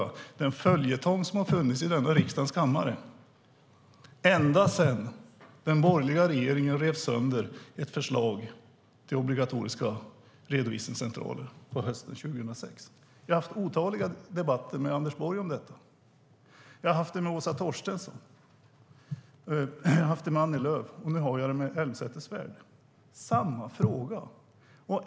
Det är en följetong som har funnits i riksdagens kammare ända sedan den borgerliga regeringen rev sönder ett förslag till obligatoriska redovisningscentraler på hösten 2006. Jag har haft otaliga debatter med Anders Borg om detta. Jag har haft debatter med Åsa Torstensson och med Annie Lööf, och nu har jag det med Catharina Elmsäter-Svärd. Det är samma fråga.